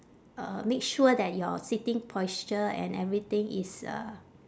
uh make sure that your sitting posture and everything is uh